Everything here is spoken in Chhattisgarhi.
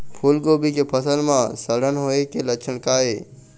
फूलगोभी के फसल म सड़न होय के लक्षण का ये?